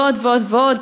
ועוד ועוד ועוד.